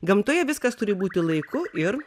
gamtoje viskas turi būti laiku ir